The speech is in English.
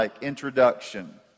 introduction